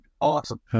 Awesome